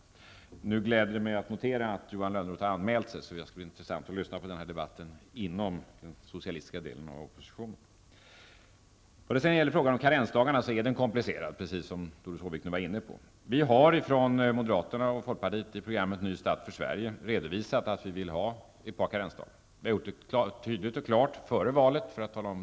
Det gläder mig att notera att Johan Lönnroth har anmält sig för replik, och det skall bli intressant att lyssna på debatten inom den socialistiska delen av oppositionen. Frågan om karensdagarna är komplicerad, precis som Doris Håvik nu var inne på. Moderaterna och folkpartiet har i programmet Ny start för Sverige redovisat att vi vill ha ett par karensdagar. Vi gjorde det tydligt och klart före valet.